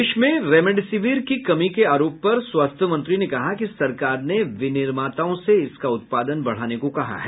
देश में रेमडेसिविर की कमी के आरोप पर स्वास्थ्य मंत्री ने कहा कि सरकार ने विनिर्माताओं से इसका उत्पादन बढ़ाने को कहा है